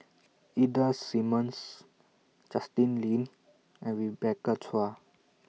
Ida Simmons Justin Lean and Rebecca Chua